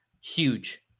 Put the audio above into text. huge